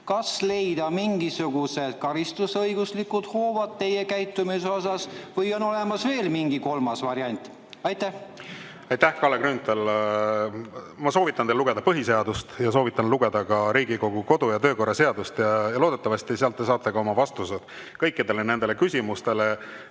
leida mingisugused karistusõiguslikud hoovad teie käitumise [mõjutamiseks] või on olemas veel mingi kolmas variant? Aitäh, Kalle Grünthal! Ma soovitan teil lugeda põhiseadust ja soovitan lugeda ka Riigikogu kodu- ja töökorra seadust. Loodetavasti sealt saate vastused kõikidele nendele küsimustele